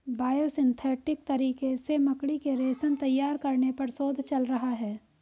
biosynthetic तरीके से मकड़ी के रेशम तैयार करने पर शोध चल रहा है